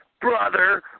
brother